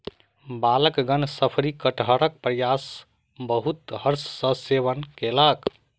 बालकगण शफरी कटहरक पायस बहुत हर्ष सॅ सेवन कयलक